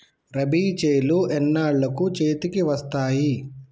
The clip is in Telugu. రబీ చేలు ఎన్నాళ్ళకు చేతికి వస్తాయి?